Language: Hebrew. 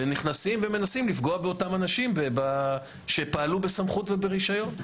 ונכנסים ומנסים לפגוע באותם אנשים שפעלו בסמכות וברישיון.